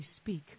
speak